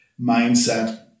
mindset